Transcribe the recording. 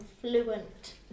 fluent